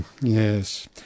Yes